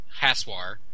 Haswar